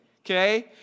okay